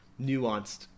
nuanced